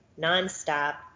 nonstop